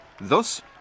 thus